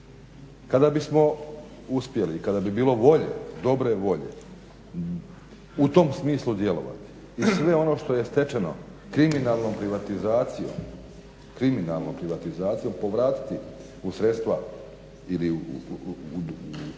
Kada bismo uspjeli i kada bi bilo volje, dobre volje u tom smislu djelovati i sve ono što je stečeno kriminalnom privatizacijom, povratiti u sredstva ili u fondove